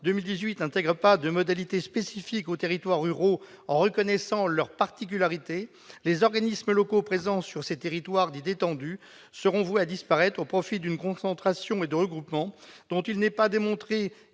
2018 n'intègre pas de modalités spécifiques aux territoires ruraux en reconnaissant leurs particularités, les organismes locaux présents sur ces territoires dits détendus seront voués à disparaître au profit d'une concentration et de regroupements dont il n'est pas démontré